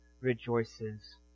rejoices